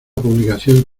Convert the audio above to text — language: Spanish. publicación